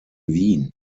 wien